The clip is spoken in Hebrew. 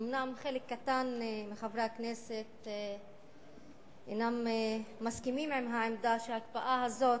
אומנם חלק קטן מחברי הכנסת אינם מסכימים עם העמדה שההקפאה הזאת,